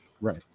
Right